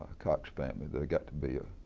cox family. there got to be a